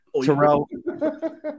Terrell